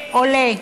עולה, עולה.